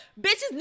bitches